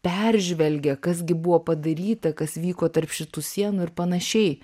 peržvelgia kas gi buvo padaryta kas vyko tarp šitų sienų ir panašiai